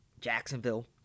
Jacksonville